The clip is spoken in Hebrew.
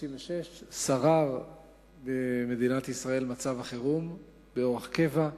שרר במדינת ישראל מצב החירום באורח קבע.